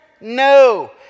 No